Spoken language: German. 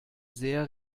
sehr